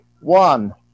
One